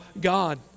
God